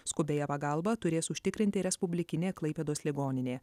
skubiąją pagalbą turės užtikrinti respublikinė klaipėdos ligoninė